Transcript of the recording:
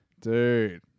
Dude